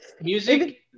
Music